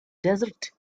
desert